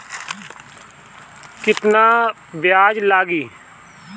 केतना ब्याज लागी?